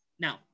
Now